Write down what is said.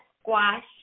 squash